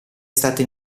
stata